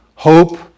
Hope